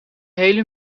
hele